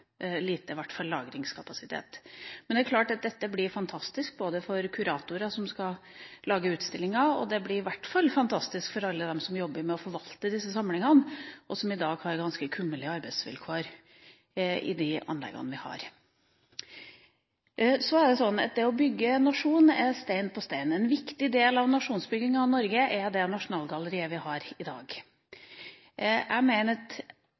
lagringskapasitet. Det er klart at dette blir fantastisk både for kuratorer som skal lage utstillinger, og i hvert fall fantastisk for alle dem som jobber med å forvalte disse samlingene. De har i dag ganske kummerlige arbeidsvilkår i de anleggene vi har. Det å bygge en nasjon er å legge stein på stein. Det Nasjonalgalleriet vi har i dag, har vært en viktig del i nasjonsbygginga av Norge. Når det gjelder både synet på byutvikling, på utvikling av kunstinstitusjoner og på utvikling av hus, mener jeg at